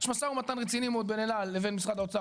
יש משא ומתן רציני מאוד בין אל על לבין משרד האוצר